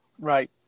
Right